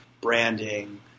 branding